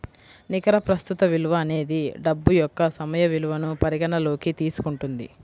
నికర ప్రస్తుత విలువ అనేది డబ్బు యొక్క సమయ విలువను పరిగణనలోకి తీసుకుంటుంది